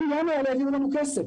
מינואר לא הביאו לנו כסף.